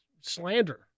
slander